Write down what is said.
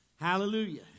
Hallelujah